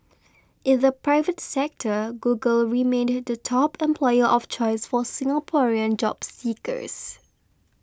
in the private sector Google remained the top employer of choice for Singaporean job seekers